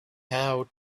how